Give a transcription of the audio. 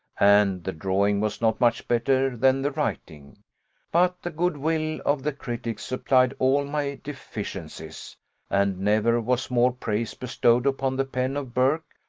and the drawing was not much better than the writing but the good-will of the critics supplied all my deficiencies and never was more praise bestowed upon the pen of burke,